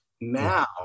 now